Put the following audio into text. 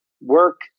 work